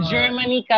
Germany